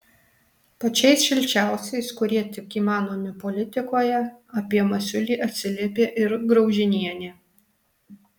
pačiais šilčiausiais kurie tik įmanomi politikoje apie masiulį atsiliepė ir graužinienė